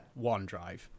OneDrive